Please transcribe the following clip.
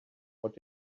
what